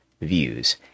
views